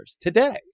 today